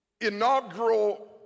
inaugural